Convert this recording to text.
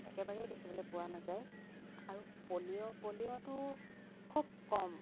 একেবাৰেই দেখিবলৈ পোৱা নাযায় আৰু পলিঅ' পলিঅ'টো খুব কম